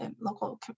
local